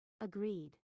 Agreed